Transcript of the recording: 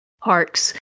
parks